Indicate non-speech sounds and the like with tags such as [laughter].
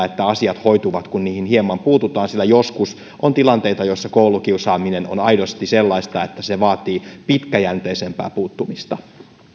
[unintelligible] että asiat hoituvat kun niihin hieman puututaan sillä joskus on tilanteita joissa koulukiusaaminen on aidosti sellaista että se vaatii pitkäjänteisempää puuttumista